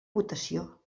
votació